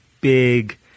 big